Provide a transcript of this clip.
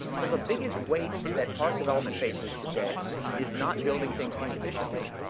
but the biggest waste that product development faces today is not building things inefficiently,